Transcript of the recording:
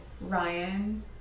Ryan